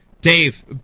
Dave